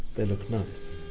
they look nice.